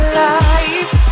life